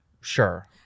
Sure